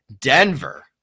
Denver